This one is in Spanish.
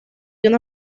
una